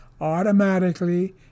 automatically